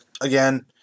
again